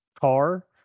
car